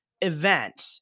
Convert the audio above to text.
event